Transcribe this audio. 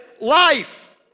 life